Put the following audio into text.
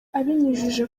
abinyujije